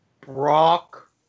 Brock